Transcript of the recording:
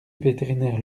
vétérinaire